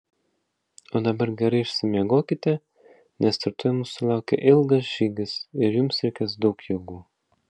o dabar gerai išsimiegokite nes rytoj mūsų laukia ilgas žygis ir jums reikės daug jėgų